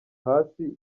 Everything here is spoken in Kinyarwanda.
hasi